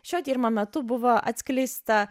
šio tyrimo metu buvo atskleista